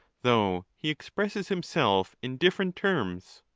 though he expresses himself in different terms.